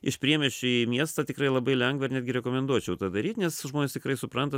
iš priemiesčių į miestą tikrai labai lengva ir netgi rekomenduočiau padaryt nes žmonės tikrai supranta